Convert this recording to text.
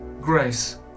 grace